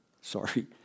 Sorry